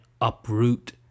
uproot